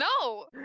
No